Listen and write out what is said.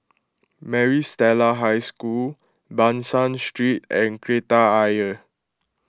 Maris Stella High School Ban San Street and Kreta Ayer